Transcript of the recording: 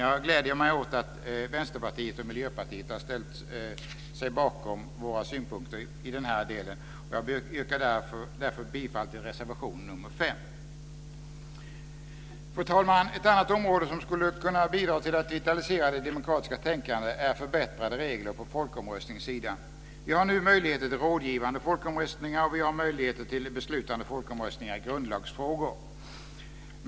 Jag gläder mig ändå åt att Vänsterpartiet och Miljöpartiet har ställt sig bakom våra synpunkter i den här delen. Jag yrkar bifall till reservation nr 5. Fru talman! Ett annat område som skulle kunna bidra till att vitalisera det demokratiska tänkandet är förbättrade regler på folkomröstningssidan. Vi har nu möjligheter till rådgivande folkomröstningar och vi har möjligheter till beslutande folkomröstningar i grundlagsfrågor.